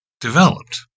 developed